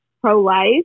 pro-life